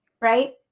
right